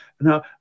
Now